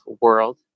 world